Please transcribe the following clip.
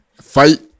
fight